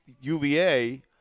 UVA